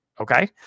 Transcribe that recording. okay